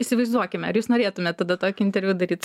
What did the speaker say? įsivaizduokime ar jūs norėtumėt tada tokį interviu daryt